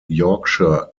yorkshire